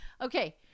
Okay